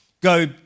go